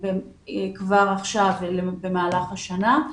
כבר עכשיו ובמהלך השנה.